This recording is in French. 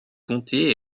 comté